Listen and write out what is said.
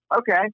okay